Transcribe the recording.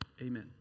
Amen